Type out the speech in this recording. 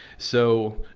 so,